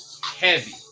heavy